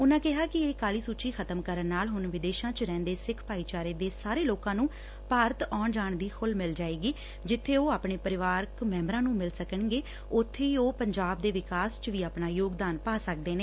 ਉਨੂਾਂ ਕਿਹਾ ਕਿ ਇਹ ਕਾਲੀ ਸੁਚੀ ਖ਼ਤਮ ਕਰਨ ਨਾਲ ਹੁਣ ਵਿਦੇਸ਼ਾਂ ਚ ਰਹਿੰਦੂਂ ਸਿੱਖ ਭਾਈਚਾਰੇ ਦੇ ਸਾਰੇ ਲੋਕਾਂ ਨੂੰ ਭਾਰਤ ਆਉਣ ਜਾਣ ਦੀ ਖੂੱਲੂ ਮਿਲ ਜਾਏਗੀ ਜਿੱਥੇ ਉਹ ਆਪਣੇ ਪਰਿਵਾਰ ਮੈਂਬਰਾਂ ਨੂੰ ਮਿਲ ਸਕਣਗੇ ਉਥੇ ਉਹ ਪੰਜਾਬ ਦੇ ਵਿਕਾਸ ਵਿਚ ਵੀ ਯੋਗਦਾਨ ਪਾ ਸਕਦੇ ਨੇ